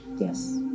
Yes